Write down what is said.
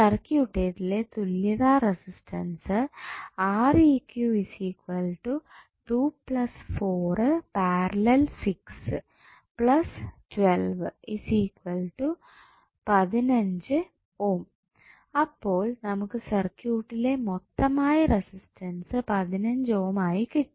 സർക്യൂട്ടിലെ തുല്യത റെസിസ്റ്റൻസ് അപ്പോൾ നമുക്ക് സർക്യൂട്ടിലെ മൊത്തമായി റെസിസ്റ്റൻസ് 15 ഓം ആയി കിട്ടി